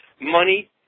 Money